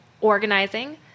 organizing